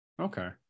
Okay